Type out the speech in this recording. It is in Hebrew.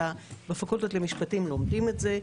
אלא בפקולטות למשפטים לומדים את זה,